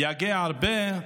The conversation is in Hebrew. ויגע הרבה,